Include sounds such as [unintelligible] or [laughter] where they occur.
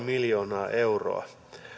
[unintelligible] miljoonaa euroa